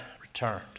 returned